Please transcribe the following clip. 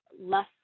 less